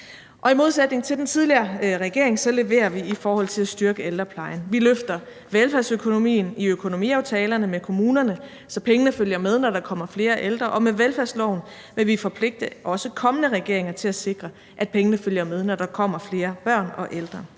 i modsætning til den tidligere regering leverer vi i forhold til at styrke ældreplejen. Vi løfter velfærdsøkonomien i økonomiaftalerne med kommunerne, så pengene følger med, når der kommer flere ældre, og med velfærdsloven vil vi forpligte også kommende regeringer til at sikre, at pengene følger med, når der kommer flere børn og ældre.